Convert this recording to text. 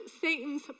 Satan's